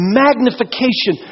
magnification